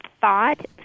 thought